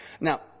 Now